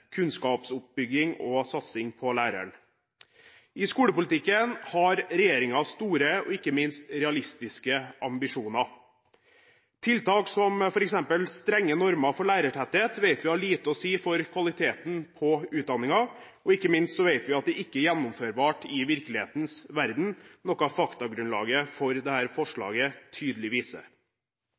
kunnskapsoppbygging og satsing på læreren. I skolepolitikken har regjeringen store og ikke minst realistiske ambisjoner. Tiltak som f.eks. strenge normer for lærertetthet vet vi har lite å si for kvaliteten på utdanningen, og ikke minst vet vi at det ikke er gjennomførbart i virkelighetens verden, noe faktagrunnlaget for dette forslaget tydelig viser.